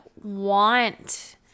want